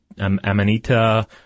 Amanita